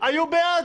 היו בעד,